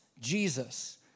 Jesus